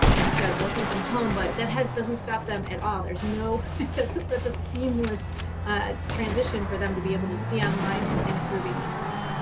like we said, working from home, but that has doesn't stop them at all there's no that's but a seamless ah transition for them to be able to be online and and approving these things,